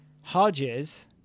Hodges